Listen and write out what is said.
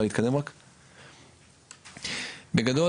בגדול,